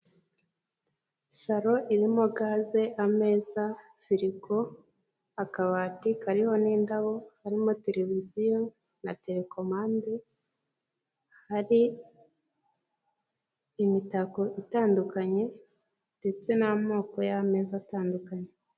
Salo irimo gaze ameza firigo, akabati kariho n'indabo harimo televiziyo na telekomande, hari imitako itandukanye ndetse n'amoko y'ameza atandukanye.